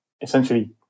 essentially